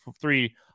three